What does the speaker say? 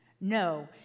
No